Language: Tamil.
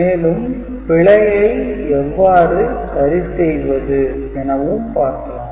மேலும் பிழையை எவ்வாறு சரி செய்வது எனவும் பார்க்கலாம்